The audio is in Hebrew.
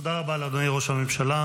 תודה רבה לאדוני ראש הממשלה.